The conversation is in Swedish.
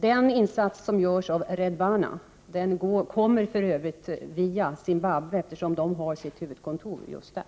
Den insats som görs av Redd Barna går för övrigt via Zimbabwe, eftersom det finns ett kontor där.